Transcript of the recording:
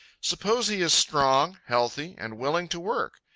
suppose he is strong, healthy, and willing to work.